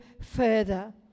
further